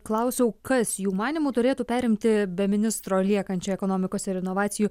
klausiau kas jų manymu turėtų perimti be ministro liekančią ekonomikos ir inovacijų